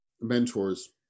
mentors